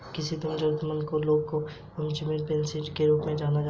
तुम किसी जरूरतमन्द लोगों या अनाथालय में दान भी कर सकते हो